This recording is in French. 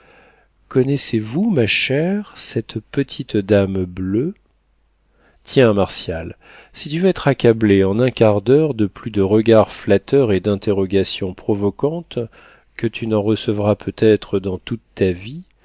connaissez-vous ma chère cette petite dame bleue tiens martial si tu veux être accablé en un quart d'heure de plus des regards flatteurs et d'interrogations provocantes que tu n'en recevras peut-être dans toute ta vie